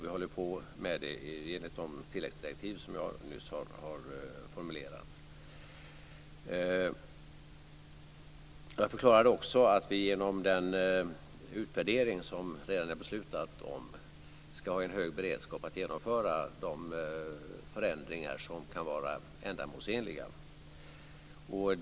Vi arbetar med den frågan i enlighet med de tilläggsdirektiv jag nyss har formulerat. Jag förklarade också att i den redan beslutade utvärderingen ska finnas en hög beredskap för ändamålsenliga förändringar.